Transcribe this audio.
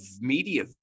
media